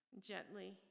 Gently